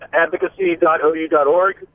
advocacy.ou.org